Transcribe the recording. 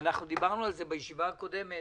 דיברנו בישיבה הקודמת